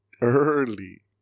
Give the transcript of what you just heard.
early